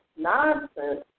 nonsense